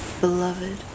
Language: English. Beloved